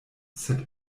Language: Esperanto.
sed